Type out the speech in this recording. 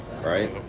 right